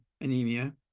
anemia